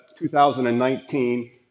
2019